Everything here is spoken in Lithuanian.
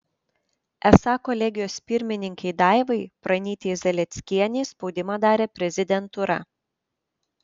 esą kolegijos pirmininkei daivai pranytei zalieckienei spaudimą darė prezidentūra